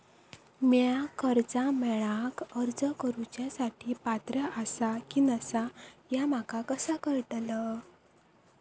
म्या कर्जा मेळाक अर्ज करुच्या साठी पात्र आसा की नसा ह्या माका कसा कळतल?